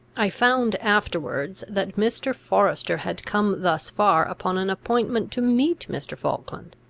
i found afterwards that mr. forester had come thus far upon an appointment to meet mr. falkland,